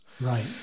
Right